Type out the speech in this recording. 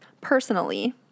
Personally